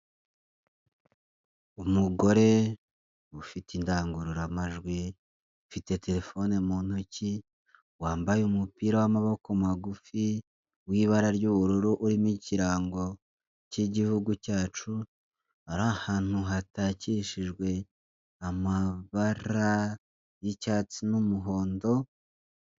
Umugore ufite indangururamajwi, ufite telefone mu ntoki, wambaye umupira w'amaboko magufi w'ibara ry'ubururu urimo ikirango cy'igihugu cyacu, ari ahantu hatakishijwe amabara y'icyatsi n'umuhondo.